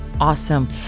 Awesome